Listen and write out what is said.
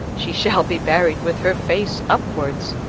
she shall be buried with her face upwards.